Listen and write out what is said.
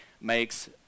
makes